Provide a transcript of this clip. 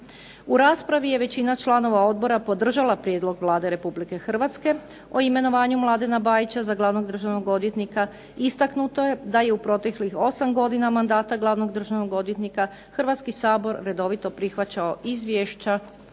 U raspravi je većina članova odbora podržala prijedlog Vlade RH o imenovanju Mladena Bajića za glavnog državnog odvjetnika. Istaknuto je da je u proteklih 8 godina mandata glavnog državnog odvjetnika Hrvatski sabor redovito prihvaćao izvješća